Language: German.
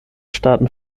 staaten